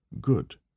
Good